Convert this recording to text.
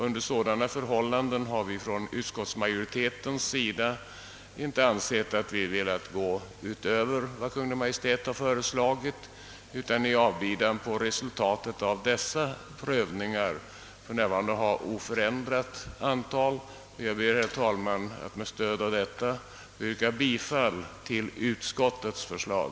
Under sådana förhållanden har vi på utskottsmajoritetens sida inte velat gå utöver vad Kungl. Maj:t föreslagit utan i avbidan på resultatet av dessa prövningar föreslår vi oförändrat antal. Jag ber, herr talman, att med stöd av detta få yrka bifall till utskottets hemställan.